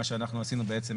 בעצם